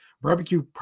barbecue